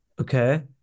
Okay